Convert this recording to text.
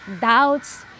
doubts